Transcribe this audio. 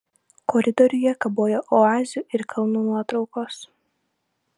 koridoriuje kabojo oazių ir kalnų nuotraukos